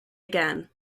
again